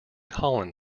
holland